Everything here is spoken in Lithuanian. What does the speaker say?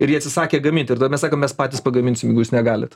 ir jie atsisakė gamint ir tada mes sakom mes patys pagaminsim jeigu jūs negalit